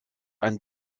ein